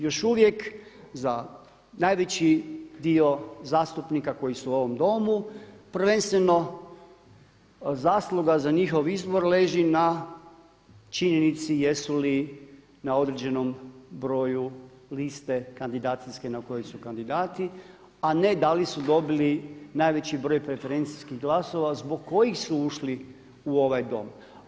Još uvijek za najveći dio zastupnika koji su u ovom Domu prvenstveno zasluga za njihov izbor leži na činjenici jesu li na određenom broju liste kandidacijske na kojoj su kandidati, a ne da li su dobili najveći broj preferencijskih glasova zbog kojih su ušli u ovaj Dom.